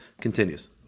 continues